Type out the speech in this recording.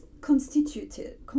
constituted